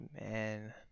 man